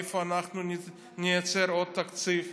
מאיפה אנחנו נייצר עוד תקציב?